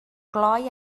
glou